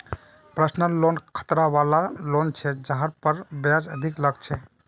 personal loan खतरा वला loan छ जहार पर ब्याज अधिक लग छेक